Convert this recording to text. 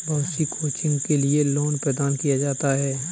बहुत सी कोचिंग के लिये लोन प्रदान किया जाता है